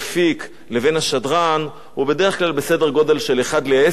הוא בדרך כלל בסדר-גודל של 1 ל-10 אם לא 1 ל-30,